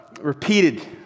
repeated